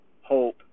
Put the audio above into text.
hope